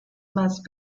must